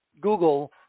Google